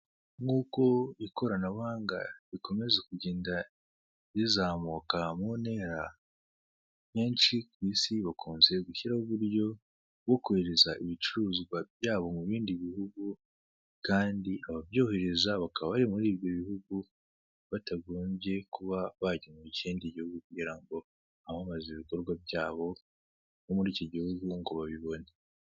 Nk'uko ikoranabuhanga rikomeza kugenda rizamuka mu ntera, benshi ku isi bakunze gushyiraho uburyo bwo kohereza ibicuruzwa byabo mu bindi bihugu, kandi ababyohereza bakaba bari muri ibyo bihugu batagombye kuba bajya mu kindi gihugu, kugira ngo bamamaze ibikorwa byabo nko muri iki gihugu ngo babibone.